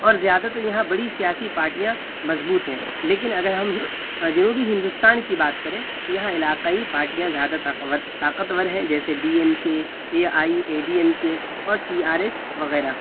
اور زیادہ تر یہاں بڑی سیاسی پارٹیاں مضبوط ہیں لیکلن اگر ہم جنوبی ہندوستان کی بات کریں تو یہاں علاقائی پارٹیاں زیادہ طاقتور ہے جیسے D M K A I A D M K اور ٹی آر ایس وغیرہ